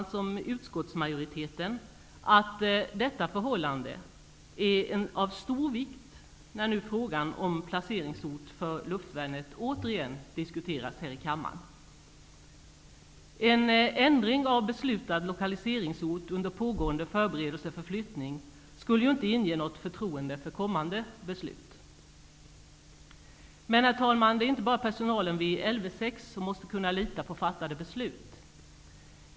Jag, liksom utskottsmajoriteten, anser att detta förhållande är av stor vikt när nu frågan om placeringsort för luftvärnet återigen diskuteras här i kammaren. En ändring av beslutad lokaliseringsort under pågående förberedelser för flyttning skulle inte inge något förtroende för kommande beslut. Herr talman! Men det är inte bara personalen vid Lv 6 som måste kunna lita på fattade beslut.